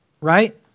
Right